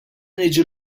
niġi